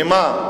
ממה?